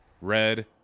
Red